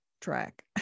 track